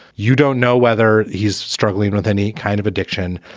you don't know whether he's struggling with any kind of addiction.